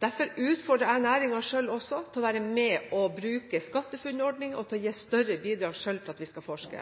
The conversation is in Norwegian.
derfor utfordrer jeg også næringen selv til å være med og bruke SkatteFUNN-ordningen og til å gi et større bidrag selv til forskning.